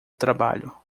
trabalho